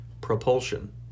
Propulsion